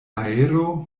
aero